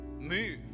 move